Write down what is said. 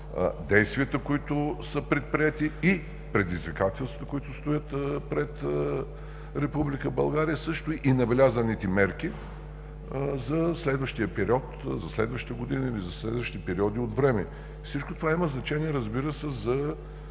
действията, които са предприети и предизвикателствата, които стоят пред Република България, също и набелязаните мерки за следващия период, за следващата година или за следващи периоди от време. Всичко това има значение, разбира се, за